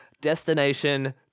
Destination